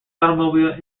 automobile